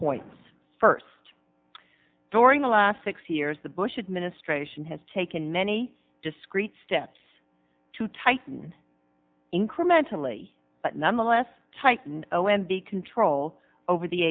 points first during the last six years the bush administration has taken many discrete steps to tighten incrementally but nonetheless tightened o m b control over the